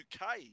UK